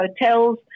hotels